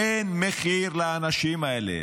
אין מחיר לאנשים האלה.